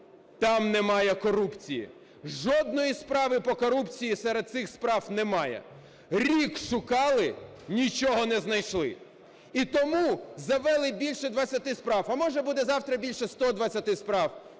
Там немає корупції, жодної справи по корупції серед цих справ немає. Рік шукали – нічого не знайшли. І тому завели більше 20 справ. А може буде завтра більше 120 справ,